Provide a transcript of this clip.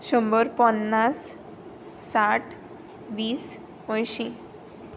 शंबर पन्नास साठ वीस अंयशी